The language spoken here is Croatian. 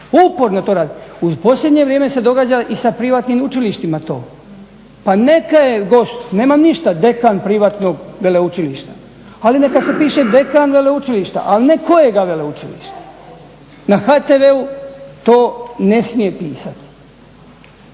uporno to rade. U posljednje vrijeme se događa i sa privatnim učilištima to. Pa neka je gost, nemam ništa, dekan privatnog veleučilišta, ali neka se piše dekan veleučilišta, ali ne kojega veleučilišta. Na HTV-u to ne smije pisati